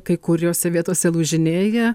kai kuriose vietose lūžinėja